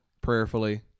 prayerfully